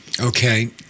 Okay